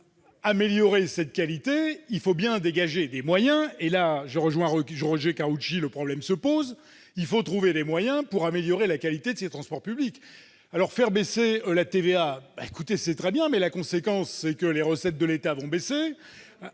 voulons améliorer cette qualité, il faut bien dégager des moyens. Là encore, je rejoins Roger Karoutchi : le problème se pose de savoir où trouver les moyens pour améliorer la qualité des transports publics. Faire baisser la TVA, c'est très bien. Mais la conséquence, c'est que les recettes de l'État vont baisser